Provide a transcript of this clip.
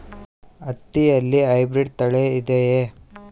ಹತ್ತಿಯಲ್ಲಿ ಹೈಬ್ರಿಡ್ ತಳಿ ಇದೆಯೇ?